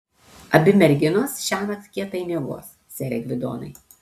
abi merginos šiąnakt kietai miegos sere gvidonai